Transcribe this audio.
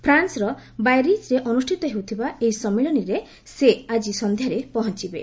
ଫ୍ରାନ୍ସର ବାଏରିଜ୍ରେ ଅନ୍ଷ୍ଠିତ ହେଉଥିବା ଏହି ସମ୍ମିଳନୀରେ ସେ ଆଜି ସନ୍ଧ୍ୟାରେ ପହଞ୍ଚବେ